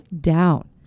down